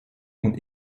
und